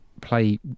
play